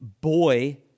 boy